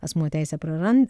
asmuo teisę prarand